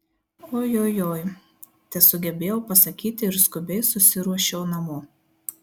ojojoi tesugebėjau pasakyti ir skubiai susiruošiau namo